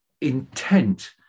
intent